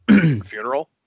funeral